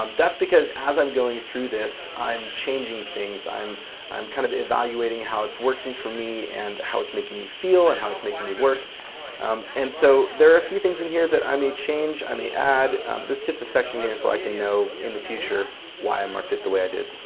um that's because as i'm going through this i'm changing things, i'm i'm kind of evaluating how it's working for me and how it's making me feel and how it's making me work and so there are a few things in here that i may change. i may add this just a section here so i can know in the future why i marked it the way i did.